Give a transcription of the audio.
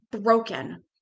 broken